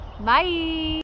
bye